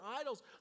idols